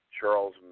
Charles